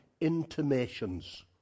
intimations